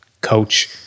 coach